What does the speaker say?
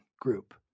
group